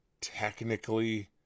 technically